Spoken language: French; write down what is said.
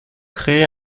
créez